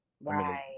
Right